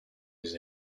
les